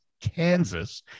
Kansas